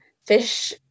fish